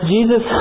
Jesus